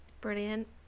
Brilliant